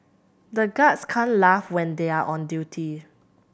the guards can't laugh when they are on duty